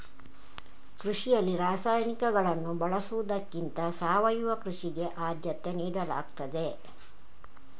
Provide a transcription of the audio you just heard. ಕೃಷಿಯಲ್ಲಿ ರಾಸಾಯನಿಕಗಳನ್ನು ಬಳಸುವುದಕ್ಕಿಂತ ಸಾವಯವ ಕೃಷಿಗೆ ಆದ್ಯತೆ ನೀಡಲಾಗ್ತದೆ